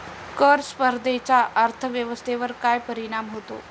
कर स्पर्धेचा अर्थव्यवस्थेवर काय परिणाम होतो?